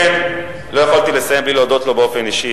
לכן לא יכולתי לסיים בלי להודות לו באופן אישי.